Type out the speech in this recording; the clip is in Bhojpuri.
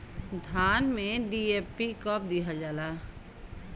धान में डी.ए.पी कब दिहल जाला?